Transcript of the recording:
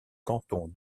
canton